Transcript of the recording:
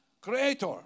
creator